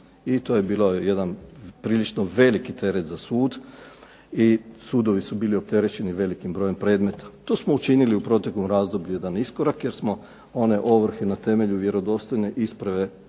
i to je bilo jedan prilično veliki teret za sud, i sudovi su bili opterećeni velikim brojem predmeta. To smo učinili u proteklom razdoblju jedan iskorak, jer smo one ovrhe na temelju vjerodostojne isprave